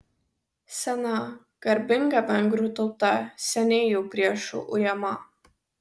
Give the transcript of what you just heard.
sena garbinga vengrų tauta seniai jau priešų ujama